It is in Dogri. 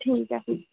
ठीक ऐ फ्ही